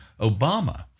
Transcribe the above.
Obama